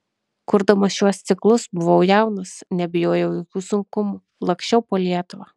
kurdamas šiuos ciklus buvau jaunas nebijojau jokių sunkumų laksčiau po lietuvą